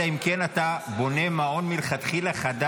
אלא אם כן מלכתחילה אתה בונה מעון חדש,